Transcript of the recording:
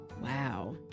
Wow